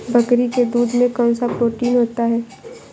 बकरी के दूध में कौनसा प्रोटीन होता है?